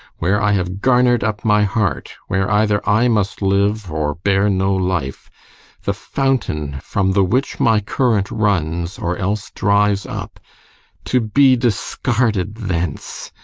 where i have garner'd up my heart where either i must live or bear no life the fountain from the which my current runs, or else dries up to be discarded thence!